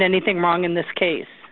anything wrong in this case